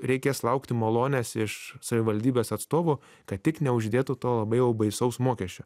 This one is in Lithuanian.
reikės laukti malonės iš savivaldybės atstovų kad tik neuždėtų to labai jau baisaus mokesčio